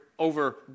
over